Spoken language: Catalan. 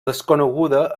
desconeguda